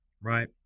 right